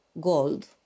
gold